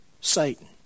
Satan